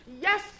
Yes